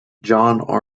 john